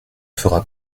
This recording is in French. fera